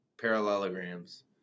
parallelograms